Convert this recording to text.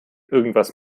irgendwas